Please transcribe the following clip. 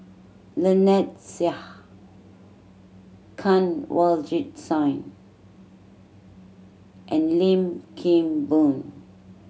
Lynnette Seah Kanwaljit Soin and Lim Kim Boon